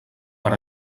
per